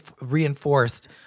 reinforced